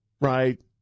Right